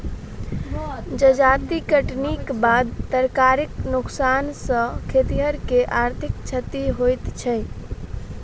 जजाति कटनीक बाद तरकारीक नोकसान सॅ खेतिहर के आर्थिक क्षति होइत छै